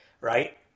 Right